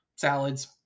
Salads